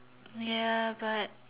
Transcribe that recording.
ya but